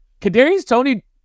Kadarius-Tony